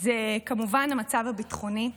זה כמובן המצב הביטחוני.